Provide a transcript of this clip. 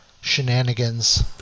shenanigans